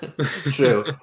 True